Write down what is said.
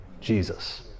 Jesus